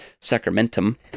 sacramentum